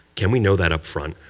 can we know that up front?